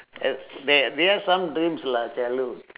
uh there there are some dreams lah childhood